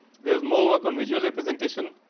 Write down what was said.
there is more work on visual representation.